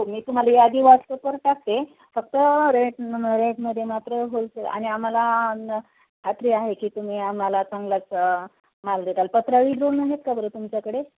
हो मी तुम्हाला यादी वॉट्सअपवर टाकते फक्त रेट रेटमध्ये मात्र होलसेल आणि आम्हाला न खात्री आहे की तुम्ही आम्हाला चांगलाच माल देताल पत्रावळी द्रोण आहेत का बरं तुमच्याकडे